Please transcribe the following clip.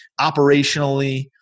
operationally